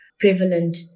prevalent